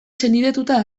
senidetuta